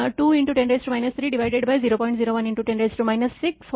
01×10 612 जर आपण गणना केली तर ते 447 होईल